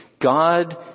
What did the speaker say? God